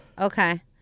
Okay